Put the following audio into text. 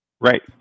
Right